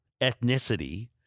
ethnicity